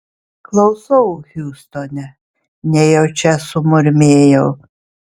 klausau hiūstone nejučia sumurmėjau